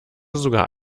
sogar